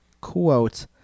Quote